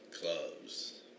clubs